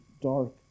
dark